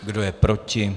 Kdo je proti?